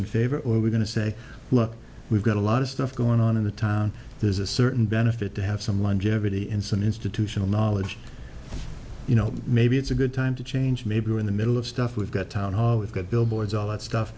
in favor or we're going to say look we've got a lot of stuff going on in the town there's a certain benefit to have someone jeopardy and some institutional knowledge you know maybe it's a good time to change maybe we're in the middle of stuff we've got town hall we've got billboards all that stuff